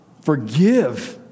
forgive